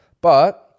But-